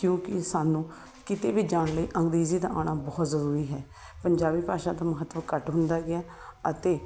ਕਿਉਂਕਿ ਸਾਨੂੰ ਕਿਤੇ ਵੀ ਜਾਣ ਲਈ ਅੰਗਰੇਜ਼ੀ ਦਾ ਆਉਣਾ ਬਹੁਤ ਜ਼ਰੂਰੀ ਹੈ ਪੰਜਾਬੀ ਭਾਸ਼ਾ ਦਾ ਮਹੱਤਵ ਘੱਟ ਹੁੰਦਾ ਗਿਆ ਅਤੇ